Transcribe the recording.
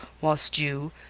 whilst you,